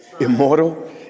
immortal